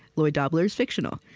lloyd dobler is fictional.